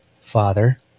father